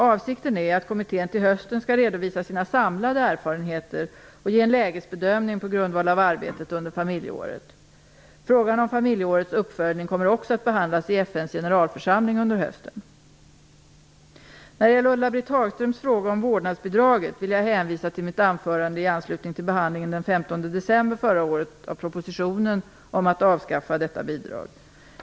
Avsikten är att kommittén till hösten skall redovisa sina samlade erfarenheter och ge en lägesbedömning på grundval av arbetet under familjeåret. Frågan om familjeårets uppföljning kommer också att behandlas i När det gäller Ulla-Britt Hagströms fråga om vårdnadsbidraget vill jag hänvisa till mitt anförande i anslutning till behandlingen den 15 december förra året av propositionen om att avskaffa detta bidrag.